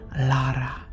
Lara